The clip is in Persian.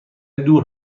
دور